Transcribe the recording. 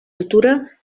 altura